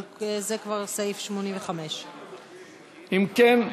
אבל זה כבר סעיף 85. אם כן,